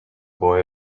boy